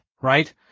right